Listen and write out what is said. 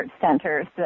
centers